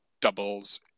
doubles